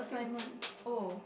think oh